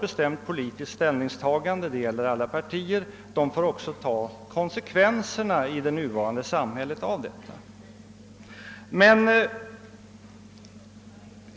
Men jag vill påpeka att det inte gäller mig, utan hundratusentals vanliga människor i vårt land.